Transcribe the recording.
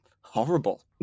horrible